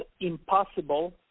impossible